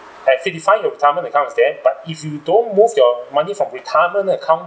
at fifty-five your retirement account is there but if you don't move your money from retirement account